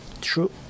true